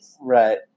Right